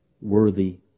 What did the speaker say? worthy